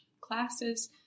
classes